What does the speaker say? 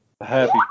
happy